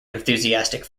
enthusiastic